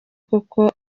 kuko